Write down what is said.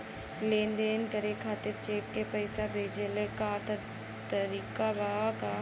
लेन देन करे खातिर चेंक से पैसा भेजेले क तरीकाका बा?